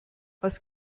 was